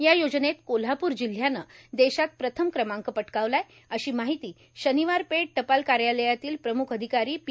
या योजनेत कोल्हापूर जिल्ह्यानं देशात प्रथम क्रमांक पटकावलाय अशी माहिती शनिवार पेठ टपाल कार्यालयातील प्रम्ख अधिकारी पी